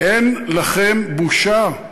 אין לכם בושה?